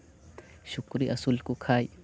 ᱥᱩᱠᱨᱤ ᱟᱹᱥᱩᱞ ᱠᱚ ᱠᱷᱟᱱ